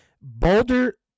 Boulder